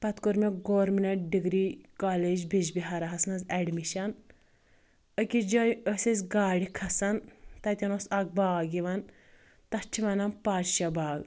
پَتہٕ کوٚر مےٚ گورمیٚنٛٹ ڈِگری کالج بِجبِہارَہَس منٛز ایٚڈمِشَن أکِس جایہِ ٲسۍ أسۍ گاڑِ کھَسان تَتیٚن اوٗس اَکھ باغ یِوان تَتھ چھِ وَنان پادشاہ باغ